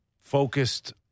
focused